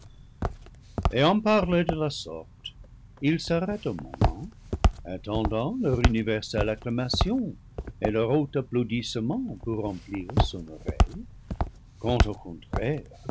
ayant parlé de la sorte il s'arrête un moment attendant leur universelle acclamation et leur haut applaudissement pour remplir son oreille quand au contraire